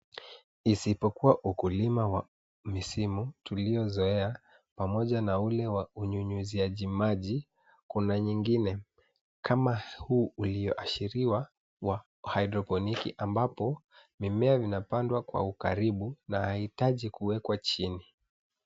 Isipokuwa ukulima wa misimu tuliozoea pamoja na ule wa unyunyuziaji maji, kuna nyingine kama huu ulioashiriwa wa haidroponiki ambapo mimea inapandwa kwa ukaribu na haihitaji kuwekwa chini.